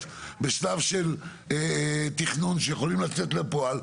בשלב של תכנון שיכולים לצאת לפועל,